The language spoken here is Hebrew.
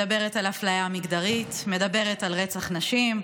מדברת על אפליה מגדרית, מדברת על רצח נשים,